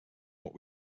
what